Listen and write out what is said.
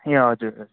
ए हजुर